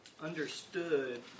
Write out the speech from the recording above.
understood